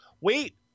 wait